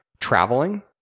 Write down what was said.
traveling